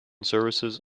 services